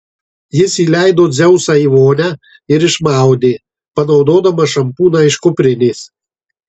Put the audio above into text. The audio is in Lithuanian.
jis įleido dzeusą į vonią ir išmaudė panaudodamas šampūną iš kuprinės